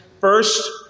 first